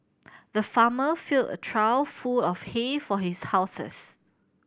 the farmer filled a trough full of hay for his houses